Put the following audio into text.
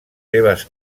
seves